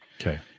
Okay